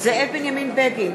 זאב בנימין בגין,